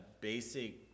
basic